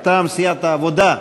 מטעם סיעת העבודה.